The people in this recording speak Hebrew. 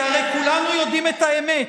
כי הרי כולנו יודעים את האמת,